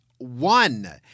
one